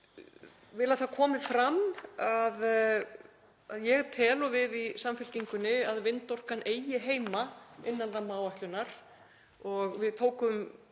Ég vil að það komi fram að ég tel, og við í Samfylkingunni, að vindorkan eigi heima innan rammaáætlunar. Við tókum